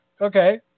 Okay